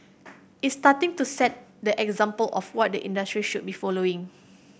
it's starting to set the example of what the industry should be following